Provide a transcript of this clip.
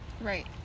Right